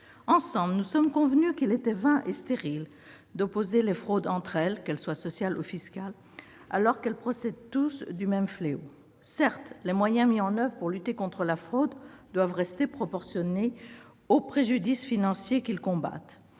Ensemble, nous sommes convenus qu'il était vain et stérile d'opposer les fraudes entre elles, qu'elles soient sociales ou fiscales, alors qu'elles procèdent toutes du même fléau. Certes, les moyens mis en oeuvre pour lutter contre la fraude doivent rester proportionnés au préjudice financier qu'ils combattent